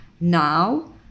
now